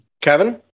Kevin